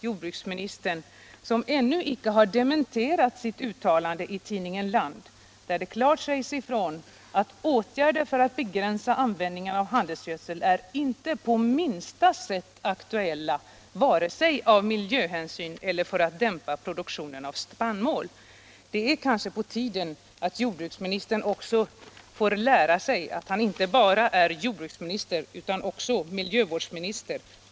Jordbruksministern har ännu inte dementerat sitt uttalande i tidningen Land, där han klart säger ifrån att ”åtgärder för att begränsa användningen av handelsgödsel är inte på minsta sätt aktuella, vare sig av miljöhänsyn eller för att dämpa produktionen av spannmål”. Det är kanske på tiden att jordbruksministern får lära sig att han inte bara är jordbruksminister utan också miljövårdsminister.